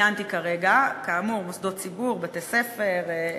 שציינתי כרגע, כאמור, מוסדות ציבור, בתי-ספר,